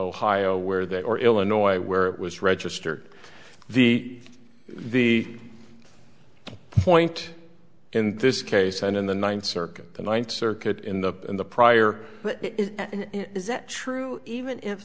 ohio where they or illinois where it was registered v v point in this case and in the ninth circuit the ninth circuit in the in the prior is that true even if